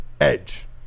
Edge